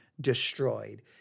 Destroyed